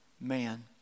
man